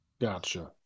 Gotcha